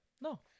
No